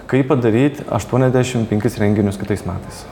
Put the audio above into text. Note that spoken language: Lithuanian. kaip padaryt aštuoniasdešim penkis renginius kitais metais